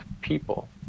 people